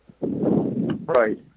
Right